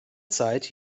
zeit